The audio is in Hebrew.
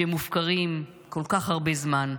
שמופקרים כל כך הרבה זמן.